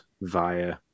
via